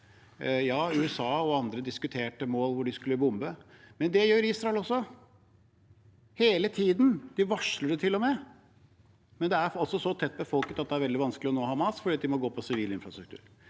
USA. USA og andre diskuterte mål hvor de skulle bombe, men det gjør Israel også, hele tiden. De varsler det til og med, men det er altså så tett befolket at det er veldig vanskelig å nå Hamas, for man må gå på sivil infrastruktur.